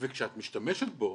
כשאת משתמשת בו,